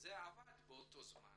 וזה עבד באותו זמן